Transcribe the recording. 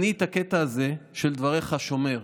את הקטע הזה של דבריך אני שומר.